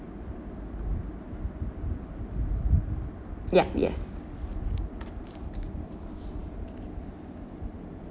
yup yes